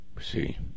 See